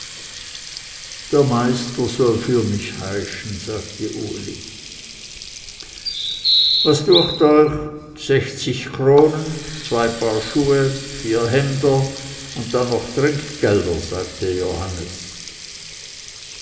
der meister soll für mich heischen sagte uli was düecht euch sechzig kronen zwei paar schuhe vier hemder und dann noch trinkgelder sagte johannes